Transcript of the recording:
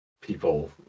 people